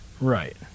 Right